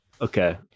Okay